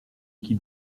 qui